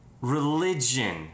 religion